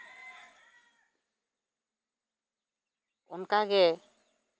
ᱚᱱᱠᱟ ᱜᱮ